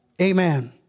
Amen